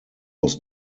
was